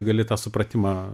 gali tą supratimą